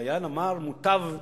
דיין אמר: מוטב שארם-א-שיח'